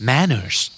Manners